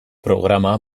programa